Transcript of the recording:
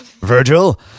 Virgil